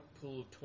pool